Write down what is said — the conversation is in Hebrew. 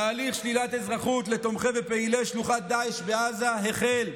תהליך שלילת אזרחות לתומכי ופעילי שלוחת דאעש בעזה החל.